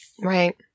Right